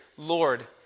Lord